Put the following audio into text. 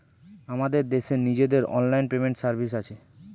আমাদের দেশের নিজেদের অনলাইন পেমেন্ট সার্ভিস আছে